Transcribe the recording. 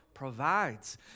provides